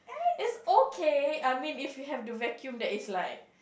it's okay I mean if you have the vacuum that is like